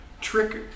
trick